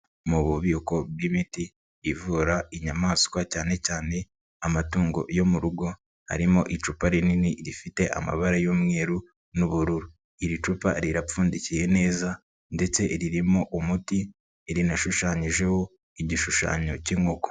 Mu bubiko bw'imiti ivura inyamaswa cyane cyane amatungo yo mu rugo, harimo icupa rinini rifite amabara y'umweru n'ubururu, iri cupa rirapfundikiye neza ndetse ririmo umuti, rinashushanyijeho igishushanyo cy'inkoko.